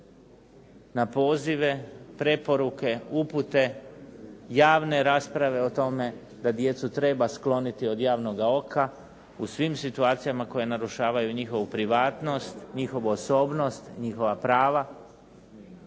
na pozive, preporuke, upute, javne rasprave o tome da djecu treba skloniti od javnoga oka u svim situacijama koje narušavaju njihovu privatnost, njihovu osobnost, njihova prava.